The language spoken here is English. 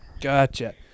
Gotcha